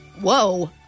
Whoa